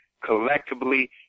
collectively